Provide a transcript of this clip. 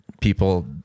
people